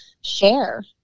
share